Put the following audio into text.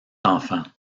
enfants